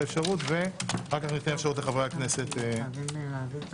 ואז ניתן אפשרות לחברי הכנסת לדבר.